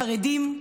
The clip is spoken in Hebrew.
החרדים,